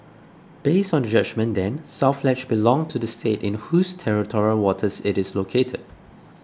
based on the judgement then South Ledge belonged to the state in whose territorial waters it is located